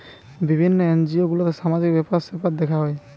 বিভিন্ন এনজিও গুলাতে সামাজিক ব্যাপার স্যাপার দেখা হয়